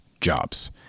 jobs